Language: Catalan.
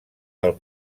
del